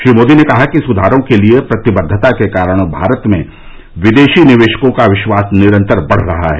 श्री मोदी ने कहा कि सुधारों के लिए प्रतिबद्वताके कारण भारत में विदेशी निवेशकों का विश्वास निरंतर बढ़ रहा है